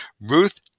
Ruth